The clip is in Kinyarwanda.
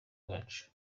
bacu